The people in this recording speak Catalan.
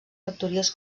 factories